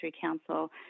Council